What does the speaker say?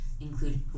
include